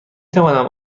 توانم